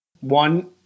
one